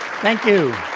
thank you.